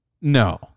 No